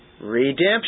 Redemption